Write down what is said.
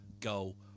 goal